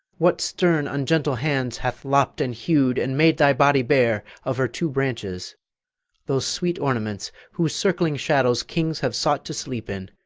what stern ungentle hands hath lopp'd, and hew'd, and made thy body bare of her two branches those sweet ornaments whose circling shadows kings have sought to sleep in,